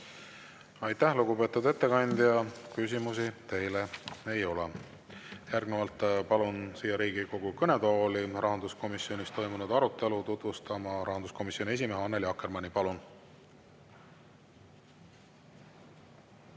Aitäh, lugupeetud ettekandja! Küsimusi teile ei ole. Järgnevalt palun siia Riigikogu kõnetooli rahanduskomisjonis toimunud arutelu tutvustama rahanduskomisjoni esimehe Annely Akkermanni. Palun!